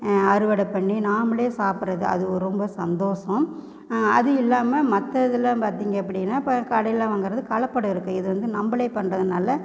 அறுவடை பண்ணி நாம்மளே சாப்பிட்றது அது ரொம்ப சந்தோஷம் அது இல்லாம மற்ற இதில் பார்த்தீங்க அப்படின்னா இப்போ கடையில் வாங்குறது கலப்படம் இருக்கும் இது வந்து நம்பளே பண்ணுறதுனால